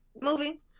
movie